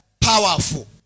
powerful